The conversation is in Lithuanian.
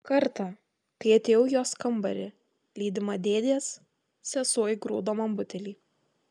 kartą kai atėjau į jos kambarį lydima dėdės sesuo įgrūdo man butelį